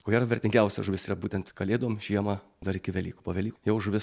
ko gero vertingiausia žuvis yra būtent kalėdom žiemą dar iki velykų po velykų jau žuvis